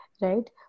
right